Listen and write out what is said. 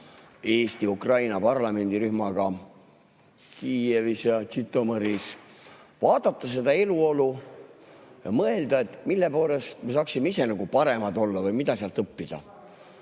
Eesti-Ukraina parlamendirühmaga Kiievis ja Žõtomõris, et vaadata seda eluolu ja mõelda, mille poolest me saaksime ise paremad olla või mida sealt õppida.